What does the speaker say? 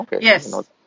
Yes